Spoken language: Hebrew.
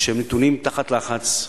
שנתונים תחת לחץ,